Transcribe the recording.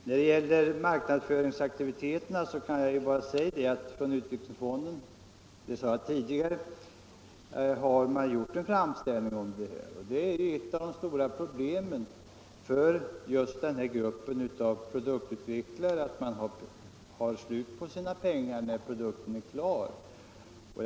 När det gäller marknadsföringsaktiviteterna har statens utvecklingsfond — det har jag sagt tidigare — gjort en framställning. Det stora problemet för den här gruppen av produktutvecklare är att man har slut på sina pengar när produkten är färdig.